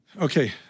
Okay